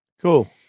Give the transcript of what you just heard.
Cool